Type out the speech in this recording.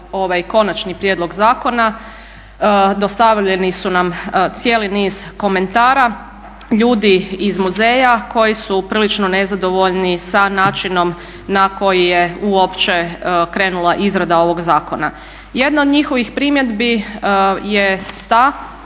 konačni prijedlog zakona dostavljen nam je cijeli niz komentara ljudi iz muzeja koji su prilično nezadovoljni sa načinom na koji je uopće krenula izrada ovog zakona. Jedna od njihovih primjedbi jest